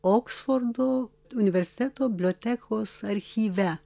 oksfordo universiteto bliotekos archyve